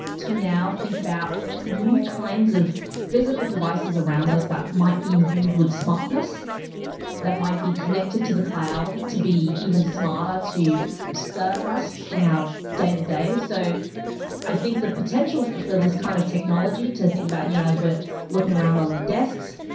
to now think about new kinds of physical devices around us that might be imbued with smartness that might be connected to the cloud to be even smarter, to serve us in our day to day so i think the potential potential for this kind of technology to think about you know as we're looking around on the desks,